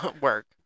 Work